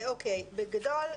בגדול,